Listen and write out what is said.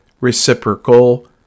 reciprocal